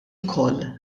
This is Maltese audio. ukoll